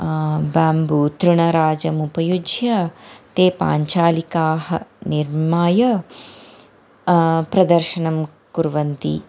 bamboo तृणराजमुपयुज्य ते पाञ्चालिकाः निर्माय प्रदर्शनं कुर्वन्ति